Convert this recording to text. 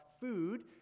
food